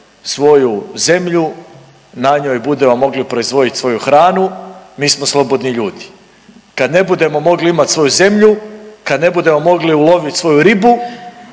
svoju zemlju na njoj budemo mogli proizvoditi svoju hranu. Mi smo slobodni ljudi. Kad ne budemo mogli imati svoju zemlju, kad ne budemo mogli uloviti svoju ribu